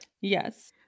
yes